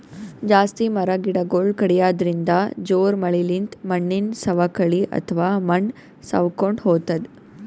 ಜಾಸ್ತಿ ಮರ ಗಿಡಗೊಳ್ ಕಡ್ಯದ್ರಿನ್ದ, ಜೋರ್ ಮಳಿಲಿಂತ್ ಮಣ್ಣಿನ್ ಸವಕಳಿ ಅಥವಾ ಮಣ್ಣ್ ಸವಕೊಂಡ್ ಹೊತದ್